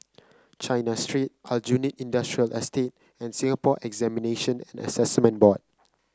China Street Aljunied Industrial Estate and Singapore Examination and Assessment Board